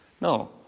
No